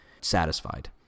Satisfied